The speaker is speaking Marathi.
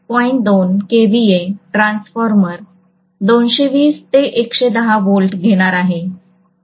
2 KVA ट्रान्सफॉर्मर 220 ते 110V घेणार आहे